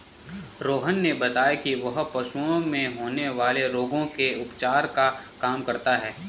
रोहन ने बताया कि वह पशुओं में होने वाले रोगों के उपचार का काम करता है